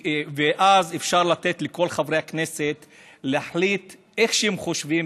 ואז אפשר לתת לכל חברי הכנסת להחליט איך שהם חושבים,